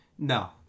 No